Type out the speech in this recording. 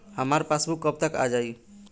हमार पासबूक कब तक आ जाई?